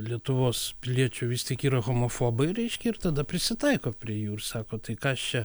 lietuvos piliečių vis tik yra homofobai reiškia ir tada prisitaiko prie jų ir sako tai ką aš čia